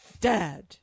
Dad